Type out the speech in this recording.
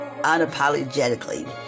unapologetically